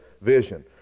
vision